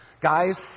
Guys